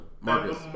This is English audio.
Marcus